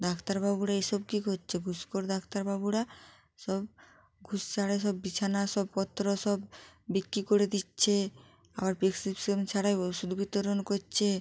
ডাক্তারবাবুরা এসব কী করচে ঘুষখোর দাক্তারবাবুরা সব ঘুষ ছাড়া সব বিছানা সব পত্র সব বিক্রি করে দিচ্ছে আবার প্রেসকিপশান ছাড়াই ওষুধ বিতরণ করছে